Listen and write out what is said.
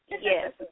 yes